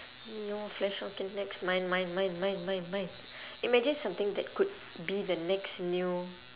no flash okay next mine mine mine mine mine mine imagine something that could be the next new